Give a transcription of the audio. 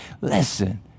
listen